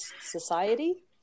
society